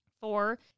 Four